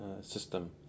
system